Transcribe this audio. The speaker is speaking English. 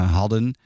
hadden